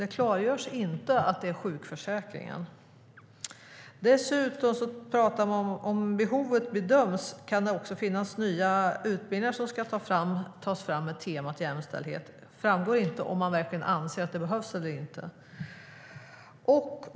Det klargörs inte att det är sjukförsäkringen. Dessutom sägs att nya utbildningar med tema jämställdhet kan tas fram om behov bedöms finnas. Det framgår dock inte om man anser att det behövs eller inte.